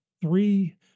Three